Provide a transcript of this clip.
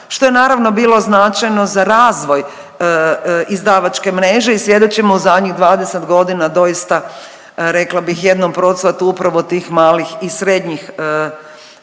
što je naravno bilo značajno za razvoj izdavačke mreže i svjedočimo u zadnjih 20 godina doista rekla bih jednom procvatu upravo tih malih i srednjih